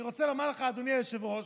אני רוצה לומר לך, אדוני היושב-ראש,